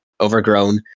overgrown